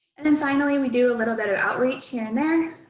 and then finally, we do a little bit of outreach here and there.